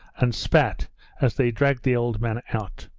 and spat as they dragged the old man out.